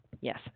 Yes